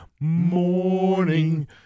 Morning